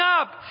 up